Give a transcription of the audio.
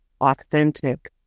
authentic